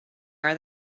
are